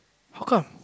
how come